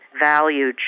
value